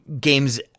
games